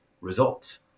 results